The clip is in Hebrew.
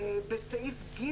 בסעיף (ג)